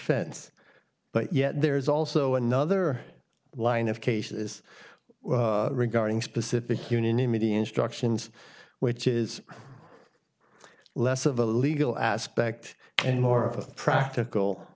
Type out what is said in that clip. fense but yet there is also another line of cases regarding specific unanimity instructions which is less of a legal aspect and more of a practical